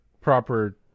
proper